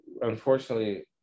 unfortunately